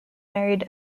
married